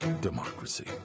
democracy